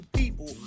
people